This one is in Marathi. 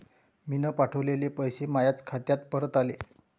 मीन पावठवलेले पैसे मायाच खात्यात परत आले